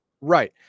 Right